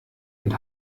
und